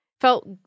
felt